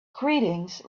greetings